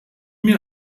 mir